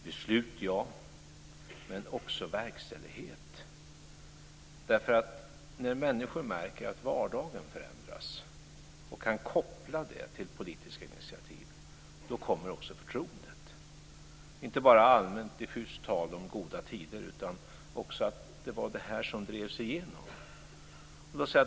Det ska fattas beslut, men de ska också komma till verkställighet. När människor märker att vardagen förändras och kan koppla det till politiska initiativ kommer också förtroendet. Det ska inte bara vara ett allmänt diffust tal om goda tider, utan man ska också veta att det var detta som drevs igenom.